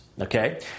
Okay